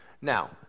Now